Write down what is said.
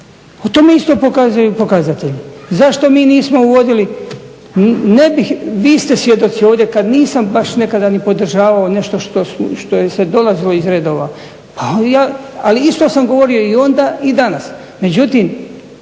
o tome isto pokazuju pokazatelji. Zašto mi nismo uvodili, ne bih, vi ste svjedoci ovdje kad nisam nekada baš nekada ni podržavao nešto što se dolazilo iz redova. Ali isto sam govorio i onda i danas.